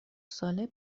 ساله